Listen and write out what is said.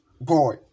boy